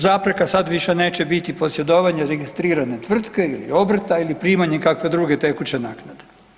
Zapreka sad više neće biti posjedovanje registrirane tvrtke ili obrta ili primanje kakve druge tekuće naknade.